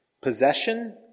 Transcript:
possession